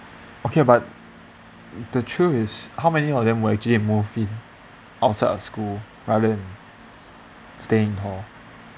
okay but the truth is how many of them will actually move in outside of school rather than stay in hall